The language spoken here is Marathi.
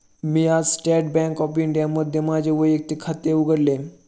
मी आज स्टेट बँक ऑफ इंडियामध्ये माझे वैयक्तिक खाते उघडले